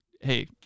Hey